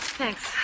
thanks